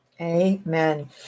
Amen